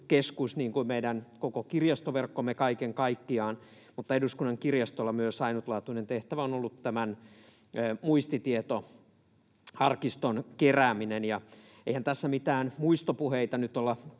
keskus, niin kuin meidän koko kirjastoverkkomme kaiken kaikkiaan, mutta Eduskunnan kirjastolla ainutlaatuinen tehtävä on ollut myös tämän muistitietoarkiston kerääminen. Eihän tässä mitään muistopuheita nyt olla